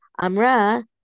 Amra